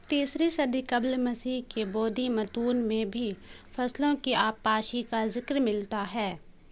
تیسری صدی قبل مسیح کے بودھی متون میں بھی فصلوں کی آبپاشی کا ذکر ملتا ہے